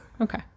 Okay